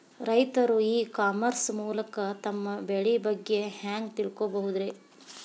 ರೈತರು e commerce ಮೂಲಕ ತಮ್ಮ ಬೆಳಿ ಬಗ್ಗೆ ಹ್ಯಾಂಗ ತಿಳ್ಕೊಬಹುದ್ರೇ?